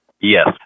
Yes